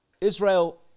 Israel